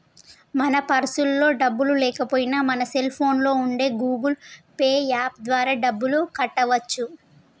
మన పర్సులో డబ్బులు లేకపోయినా మన సెల్ ఫోన్లో ఉండే గూగుల్ పే యాప్ ద్వారా డబ్బులు కట్టవచ్చు